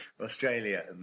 australia